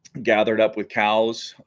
gathered up with cows